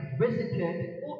visited